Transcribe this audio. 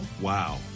Wow